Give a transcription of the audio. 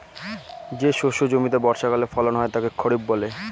যে শস্য জমিতে বর্ষাকালে ফলন হয় তাকে খরিফ বলে